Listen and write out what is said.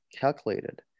calculated